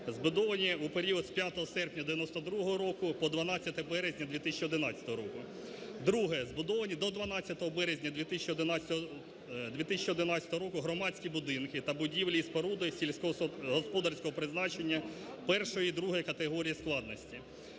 збудовані у період з 5 серпня 1992 року по 12 березня 2011 року. Друге – збудовані до 12 березня 2011 року громадські будинки та будівлі і споруди сільськогосподарського призначення першої і другої категорії складності.